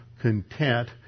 content